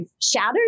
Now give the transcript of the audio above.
shattered